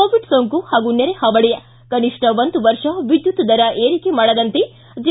Covid ಸೋಂಕು ಹಾಗೂ ನೆರೆ ಹಾವಳಿ ಕನಿಷ್ಠ ಒಂದು ವರ್ಷ ವಿದ್ಯುತ್ ದರ ಏರಿಕೆ ಮಾಡದಂತೆ ಜೆ